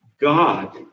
God